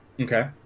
Okay